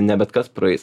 ne bet kas praeis